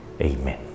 Amen